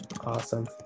Awesome